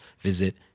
visit